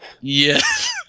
Yes